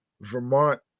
Vermont